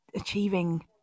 achieving